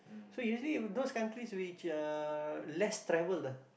so usually those countries which uh less traveled ah